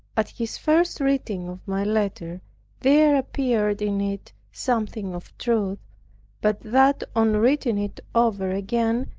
at his first reading of my letter there appeared in it something of truth but that on reading it over again,